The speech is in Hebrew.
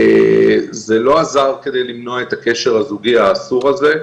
זה לא עזר כדי למנוע את הקשר הזוגי האסור הזה,